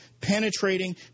penetrating